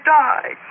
die